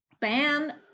ban